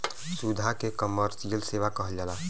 सुविधा के कमर्सिअल सेवा कहल जाला